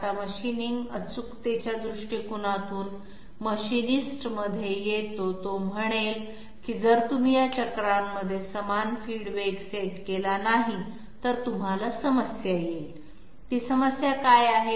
आता मशीनिंग अचूकतेच्या दृष्टिकोनातून मशीनिस्ट मध्ये येतो तो म्हणेल की जर तुम्ही या चक्रांमध्ये समान फीड वेग सेट केला नाही तर तुम्हाला समस्या येईल ती समस्या काय आहे